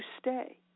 stay